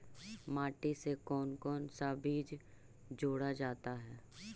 माटी से कौन कौन सा बीज जोड़ा जाता है?